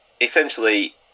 essentially